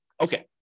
Okay